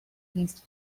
against